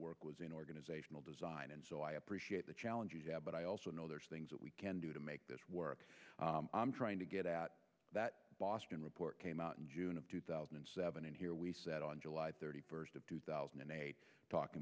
work was in organizational design and so i appreciate the challenge but i also know there's things that we can do to make this work i'm trying to get at that boston report came out in june of two thousand and seven and here we said on july thirty first of two thousand and eight talking